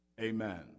Amen